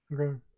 okay